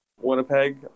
Winnipeg